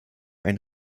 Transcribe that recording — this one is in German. ein